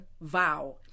vow